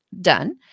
done